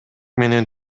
менен